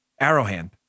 Arrowhand